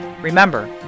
Remember